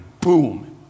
boom